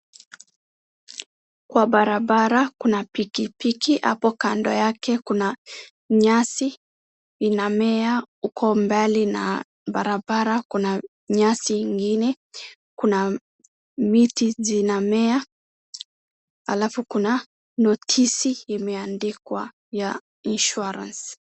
Kwa barabara kuna pikipiki. Hapo kando yake kuna nyasi inamea. Huko mbali na barabara kuna nyasi ingine. Kuna miti jinamea. Alafu kuna notisi imeandikwa ya insurance .